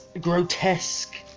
grotesque